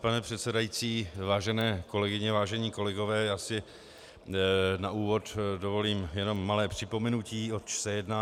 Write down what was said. Pane předsedající, vážené kolegyně, vážení kolegové, já si na úvod dovolím jenom malé připomenutí, oč se jedná.